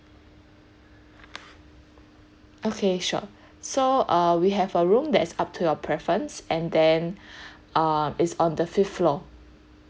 okay sure so uh we have a room that is up to your preference and then uh is on the fifth floor